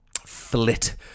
flit